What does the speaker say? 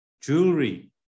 Jewelry